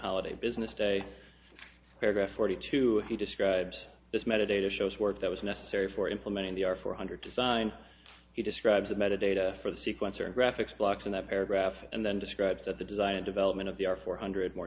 holiday business day paragraph forty two he describes this meditative shows work that was necessary for implementing the r four hundred design he describes the metadata for the sequence or graphics blocks in that paragraph and then describes that the design and development of the r four hundred more